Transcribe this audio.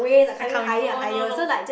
start coming oh no no